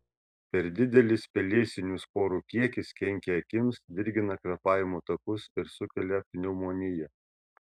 per didelis pelėsinių sporų kiekis kenkia akims dirgina kvėpavimo takus ir sukelia pneumoniją